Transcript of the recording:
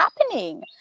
happening